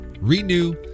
renew